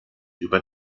über